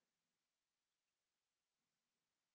ya